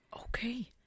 Okay